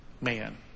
Man